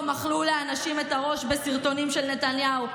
אכלו לאנשים את הראש בסרטונים של נתניהו,